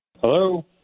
Hello